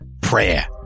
Prayer